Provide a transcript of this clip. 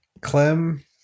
clem